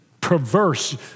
perverse